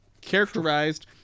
Characterized